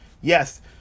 Yes